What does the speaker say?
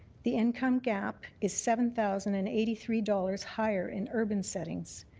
the income gap is seven thousand and eighty three dollars higher in urban settings.